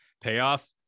payoff